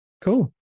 Cool